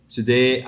Today